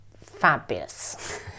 fabulous